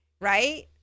right